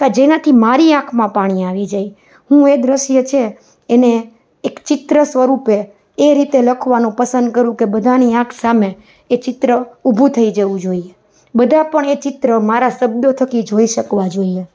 કાં જેનાથી મારી આંખમાં પાણી આવી જાય હું એ દૃશ્ય છે એને એક ચિત્ર સ્વરૂપે એ રીતે લખવાનું પસંદ કરું કે બધાની આંખ સામે એ ચિત્ર ઊભું થઈ જવું જોઈએ બધા પણ એ ચિત્ર મારા શબ્દ થકી જોઈ શકવા જોઈએ